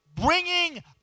bringing